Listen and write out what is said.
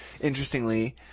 interestingly